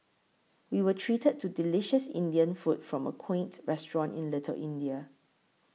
we were treated to delicious Indian food from a quaint restaurant in Little India